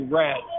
red